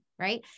right